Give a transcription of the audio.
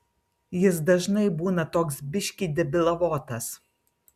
jis dažnai būna toks biškį debilavotas